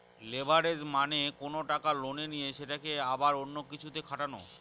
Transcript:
leverage মানে কোনো টাকা লোনে নিয়ে সেটাকে আবার অন্য কিছুতে খাটানো